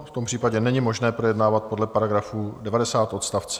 V tom případě není možné projednávat podle § 90 odst.